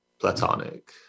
platonic